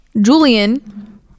Julian